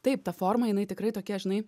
taip ta forma jinai tikrai tokia žinai